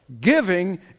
Giving